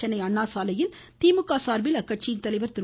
சென்னை அண்ணாசாலையில் திமுக சார்பில் கட்சித்தலைவர் திரு